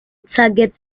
target